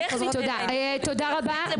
תודה רבה.